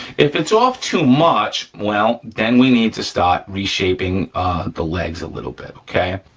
if it's off too much, well then we need to start reshaping the legs a little bit, okay?